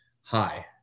hi